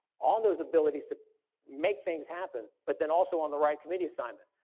on those abilities to make things happen but then also on the right committee assignment.